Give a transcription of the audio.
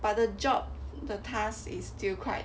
but the job the task is still quite